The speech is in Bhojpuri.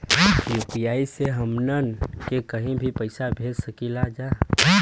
यू.पी.आई से हमहन के कहीं भी पैसा भेज सकीला जा?